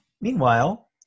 meanwhile